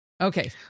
Okay